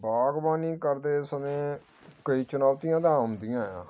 ਬਾਗਵਾਨੀ ਕਰਦੇ ਸਮੇਂ ਕਈ ਚੁਣੌਤੀਆਂ ਤਾਂ ਆਉਂਦੀਆਂ ਆ